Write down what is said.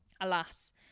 Alas